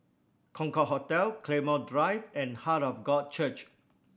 Concorde Hotel Claymore Drive and Heart of God Church